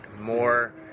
more